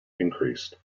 increased